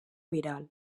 viral